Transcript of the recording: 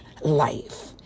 life